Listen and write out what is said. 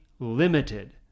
limited